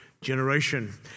generation